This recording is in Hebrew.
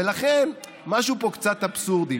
ולכן משהו פה קצת אבסורדי.